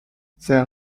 their